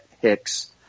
hicks